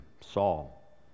Saul